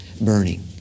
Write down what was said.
burning